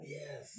Yes